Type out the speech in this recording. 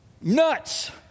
nuts